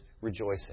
rejoicing